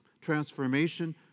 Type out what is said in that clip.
transformation